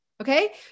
Okay